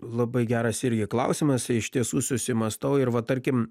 labai geras irgi klausimas iš tiesų susimąstau ir va tarkim